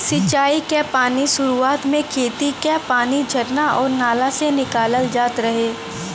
सिंचाई क पानी सुरुवात में खेती क पानी झरना आउर नाला से निकालल जात रहे